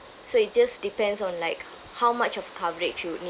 so it just depends on like how much of coverage you need